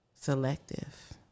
selective